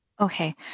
Okay